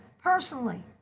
personally